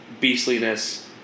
beastliness